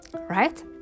right